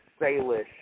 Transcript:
Salish